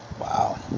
Wow